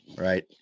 Right